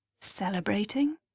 Celebrating